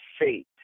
faith